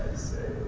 say